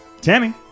Tammy